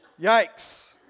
Yikes